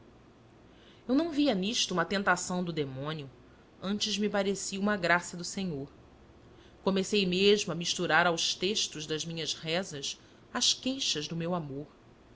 eu não via nisto uma tentação do demônio antes me parecia uma graça do senhor comecei mesmo a misturar aos textos das minhas rezas as queixas do meu amor